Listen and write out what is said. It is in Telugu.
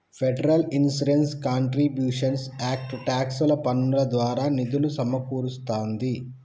federal insurance contributions act tax పన్నుల ద్వారా నిధులు సమకూరుస్తాంది